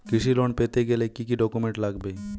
কৃষি লোন পেতে গেলে কি কি ডকুমেন্ট লাগবে?